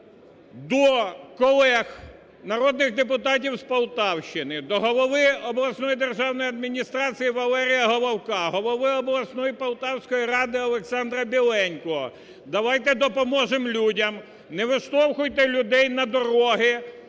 до колег народних депутатів з Полтавщини, до голови обласної державної адміністрації Валерія Головка, голови обласної Полтавської ради Олександра Біленького. Давайте допоможемо людям. Не виштовхуйте людей на дороги,